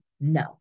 no